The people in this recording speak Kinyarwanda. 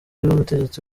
y’ubutegetsi